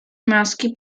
maschi